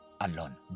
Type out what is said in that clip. alone